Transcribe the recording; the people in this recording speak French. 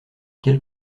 quelle